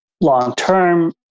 long-term